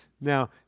Now